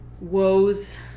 woes